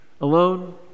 Alone